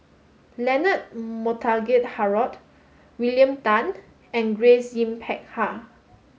Leonard Montague Harrod William Tan and Grace Yin Peck Ha